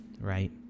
Right